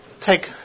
take